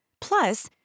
plus